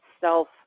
self